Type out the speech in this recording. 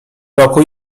roku